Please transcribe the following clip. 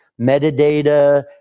metadata